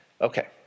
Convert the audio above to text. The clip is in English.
Okay